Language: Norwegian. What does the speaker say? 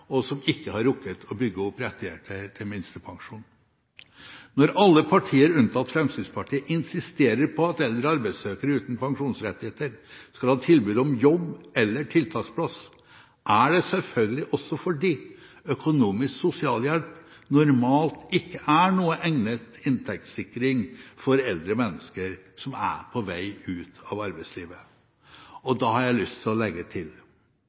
og som ikke har rukket å bygge opp rettigheter utover minstepensjon. Når alle partier unntatt Fremskrittspartiet insisterer på at eldre arbeidssøkere uten pensjonsrettigheter skal ha tilbud om jobb eller tiltaksplass, er det selvfølgelig også fordi økonomisk sosialhjelp normalt ikke er noen egnet inntektssikring for eldre mennesker som er på vei ut av arbeidslivet. Da har jeg lyst til å legge til: